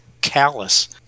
callous